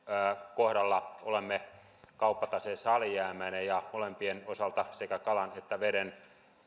kohdalla olemme kauppataseessa alijäämäinen ja molempien osalta sekä kalan että veden